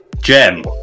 Gem